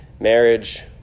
marriage